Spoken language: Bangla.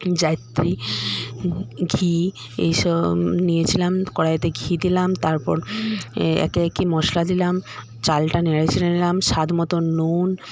জায়িত্রী ঘি এইসব নিয়েছিলাম কড়াইতে ঘি দিলাম তারপর একে একে মশলা দিলাম চালটা নেড়ে চেড়ে নিলাম স্বাদমত নুন